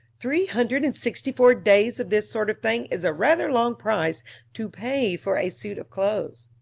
three hundred and sixty-four days of this sort of thing is a rather long price to pay for a suit of clothes.